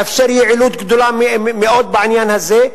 יאפשר יעילות גדולה מאוד בעניין הזה,